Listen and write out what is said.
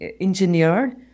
engineered